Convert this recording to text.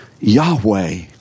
Yahweh